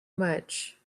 much